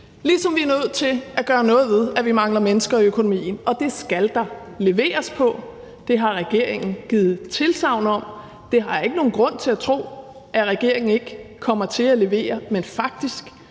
ligesom vi nødt til at gøre noget ved, at vi mangler mennesker og økonomi, og det skal der leveres på. Det har regeringen givet tilsagn om, og det har jeg ikke nogen grund til at tro at regeringen ikke kommer til at levere på, men faktisk